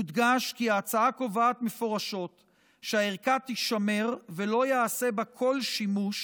יודגש כי ההצעה קובעת מפורשות שהערכה תשמר ולא ייעשה בה כל שימוש,